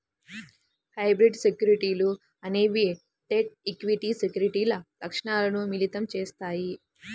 hybrid సెక్యూరిటీలు అనేవి debt, equity సెక్యూరిటీల లక్షణాలను మిళితం చేత్తాయి